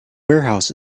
warehouse